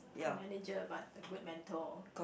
manager but a good mentor